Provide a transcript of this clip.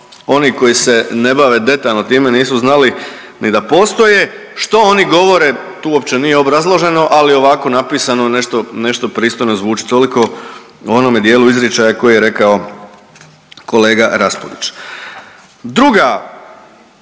oni koji se ne bave detaljno time nisu znali ni da postoje. Što oni govore? Tu uopće nije obrazloženo, ali ovako napisano nešto pristojno zvuči toliko o onome dijelu izričaja koji je rekao kolega Raspudić. Druga,